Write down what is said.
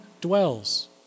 dwells